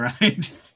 right